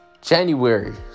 January